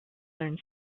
learn